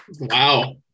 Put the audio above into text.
Wow